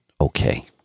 okay